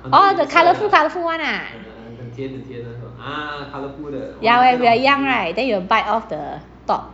orh the colourful colourful one ah yeah when we are young right then you'll bite off the top